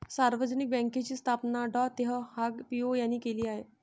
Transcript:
सार्वजनिक बँकेची स्थापना डॉ तेह हाँग पिओ यांनी केली आहे